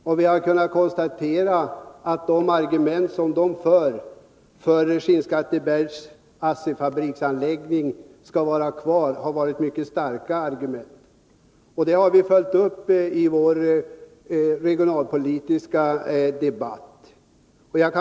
Och vi har kunnat konstatera att de argument som har förts fram för att ASSI-fabriken i Skinnskatteberg skall vara kvar har varit mycket starka. Det har vi följt upp i vår regionalpolitiska debatt.